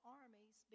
armies